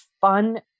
fun